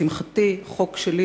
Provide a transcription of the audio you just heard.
לשמחתי חוק שלי,